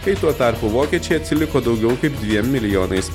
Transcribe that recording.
kai tuo tarpu vokiečiai atsiliko daugiau kaip dviem milijonais